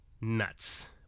nuts